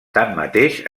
tanmateix